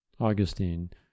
Augustine